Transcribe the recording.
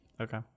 okay